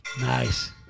nice